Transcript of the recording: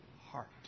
heart